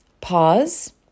Pause